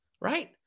right